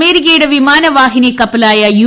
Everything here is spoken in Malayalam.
അമേരിക്കയുടെ വിമാന വാഹിനി കപ്പലായ യു